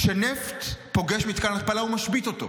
כשנפט פוגש מתקן התפלה הוא משבית אותו.